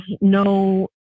no